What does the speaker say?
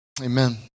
Amen